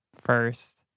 first